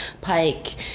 Pike